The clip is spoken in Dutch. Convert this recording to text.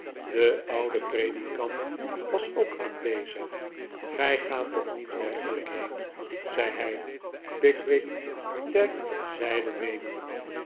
de oude predikant was ook aanwezig gij gaat toch niet werkelijk heen zei hij pickwick ter zijde nemend